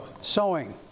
Sewing